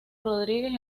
rodríguez